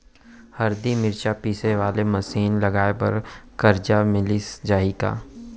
हरदी, मिरचा पीसे वाले मशीन लगाए बर करजा मिलिस जाही का?